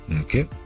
Okay